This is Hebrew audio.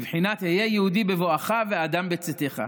בבחינת "היה יהודי בבואך ואדם בצאתך".